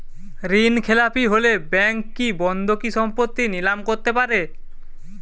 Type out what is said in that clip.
ঋণখেলাপি হলে ব্যাঙ্ক কি বন্ধকি সম্পত্তি নিলাম করতে পারে?